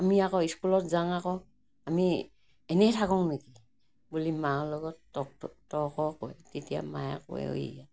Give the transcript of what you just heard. আমি আকৌ স্কুলত যাওঁ আকৌ আমি এনেই থাকোঁ নেকি বুলি মাৰ লগত তৰ্ক তৰ্ক কৰে তেতিয়া মায়ে আকৌ কয় এই